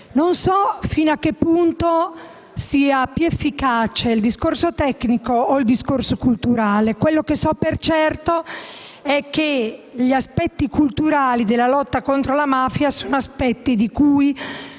Non so fino a che punto sia più efficace il discorso tecnico o quello culturale. Quello che so per certo è che gli aspetti culturali della lotta contro la mafia non si